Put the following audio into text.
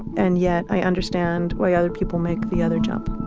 and yet i understand why other people make the other jump